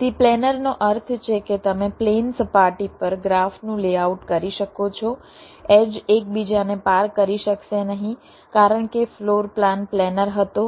તેથી પ્લેનરનો અર્થ છે કે તમે પ્લેન સપાટી પર ગ્રાફનું લેઆઉટ કરી શકો છો એડ્જ એકબીજાને પાર કરી શકશે નહીં કારણ કે ફ્લોર પ્લાન પ્લેનર હતો